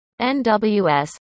NWS